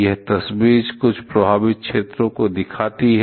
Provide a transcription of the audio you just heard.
यह तस्वीर कुछ प्रभावित क्षेत्रों को दिखाती है